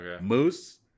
Moose